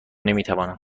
نمیتوانم